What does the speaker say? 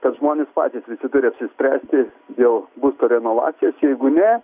kad žmonės patys visi turi apsispręsti dėl būsto renovacijos jeigu ne